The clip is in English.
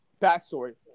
Backstory